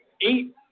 Eight